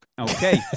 Okay